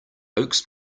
oaks